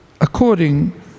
according